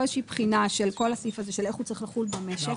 איזושהי בחינה של כל הסעיף הזה ואיך הוא צריך לחול במשק.